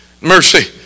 mercy